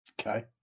Okay